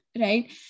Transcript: right